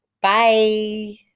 Bye